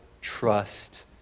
trust